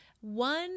one